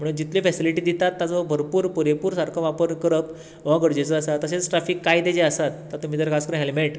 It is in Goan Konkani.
म्हुणू जितले फॅसिलिटी दितात ताजो भरपूर पुरेपूर सारको वापर करप हो गरजेचो आसा तशेंच ट्राफीक कायदे जे आसात ता तुमी जर खास करूं हॅलमॅट